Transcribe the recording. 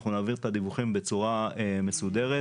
אנחנו נעביר את הדיווחים בצורה מסודרת.